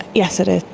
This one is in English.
yes, it is.